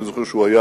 אני זוכר שהוא היה